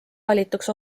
valituks